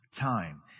time